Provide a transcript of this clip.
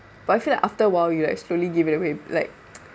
but I feel like after a while you like slowly give it away like